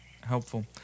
helpful